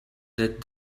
that